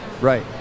Right